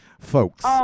folks